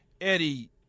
Eddie